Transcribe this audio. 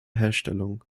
herstellung